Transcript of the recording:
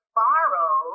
borrow